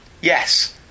yes